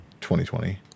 2020